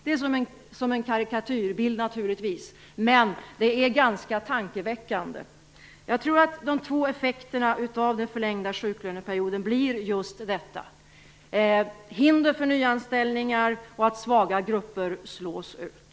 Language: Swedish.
Det är naturligtvis som en karikatyrbild, men det är ganska tankeväckande. Jag tror att de två effekterna av den förlängda sjuklöneperioden blir just detta: ett hinder för nyanställningar och att svaga grupper slås ut.